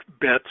bets